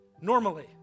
normally